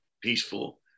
peaceful